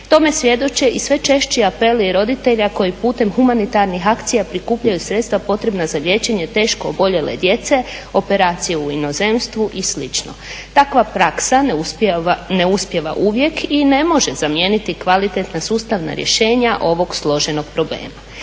Tome svjedoče i sve češći apeli roditelja koji putem humanitarnih akcija prikupljaju sredstva potrebna za liječenje teško oboljele djece, operacije u inozemstvu i slično. Takva praksa ne uspijeva uvijek i ne može zamijeniti kvalitetna sustavna rješenja ovog složenog problema.